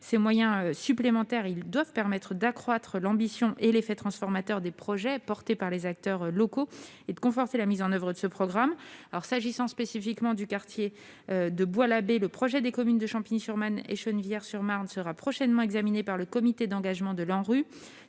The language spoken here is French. Ces moyens supplémentaires doivent permettre d'accroître l'ambition et l'effet transformateur des projets portés par les acteurs locaux, mais aussi de conforter la mise en oeuvre de ce programme. S'agissant du quartier de Bois-l'Abbé, le projet des communes de Champigny-sur-Mame et Chennevières-sur-Mame sera prochainement examiné par le comité d'engagement de l'ANRU,